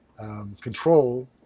Control